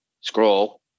scroll